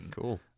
Cool